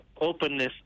openness